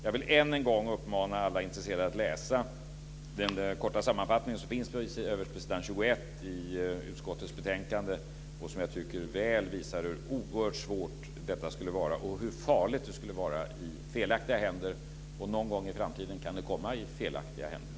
Jag vill än en gång uppmana alla intresserade att läsa den korta sammanfattning som finns på s. 21 i utskottets betänkande och som jag tycker väl visar hur oerhört svårt det här skulle vara och hur farligt det skulle vara i felaktiga händer. Och någon gång i framtiden kan det komma i felaktiga händer.